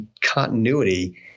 continuity